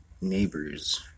neighbors